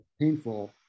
painful